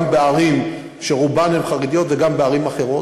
גם בערים שרובן חרדיות וגם בערים אחרות,